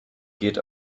geht